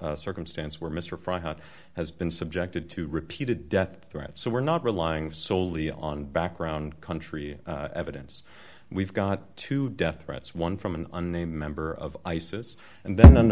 a circumstance where mr froggatt has been subjected to repeated death threats so we're not relying solely on background country evidence we've got to death threats one from an unnamed member of isis and then